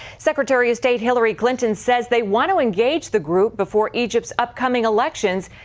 secretary of state hillary clinton says they want to engage the group before egypt's upcoming elections,